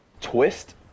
twist